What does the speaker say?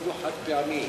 אפילו באופן חד-פעמי.